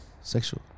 Sexual